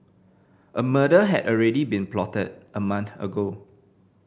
a murder had already been plotted a month ago